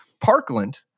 Parkland